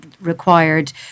required